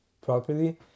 properly